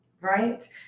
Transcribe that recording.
Right